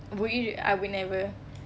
would you I would never